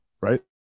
right